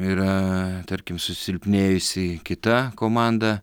yraa tarkim susilpnėjusi kita komanda